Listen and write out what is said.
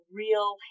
real